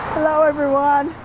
hello, everyone.